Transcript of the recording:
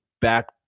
Back